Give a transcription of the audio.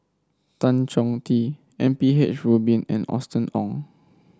Tan Chong Tee M P H Rubin and Austen Ong